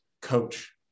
coach